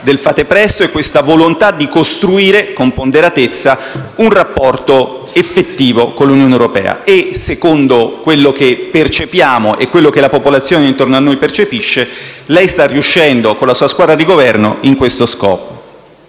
del «fate presto», e questa volontà di costruire con ponderatezza un rapporto effettivo con l'Unione europea. Secondo quanto percepiamo e in base a quanto la popolazione intorno a noi percepisce, lei sta riuscendo con la sua squadra di Governo in questo scopo.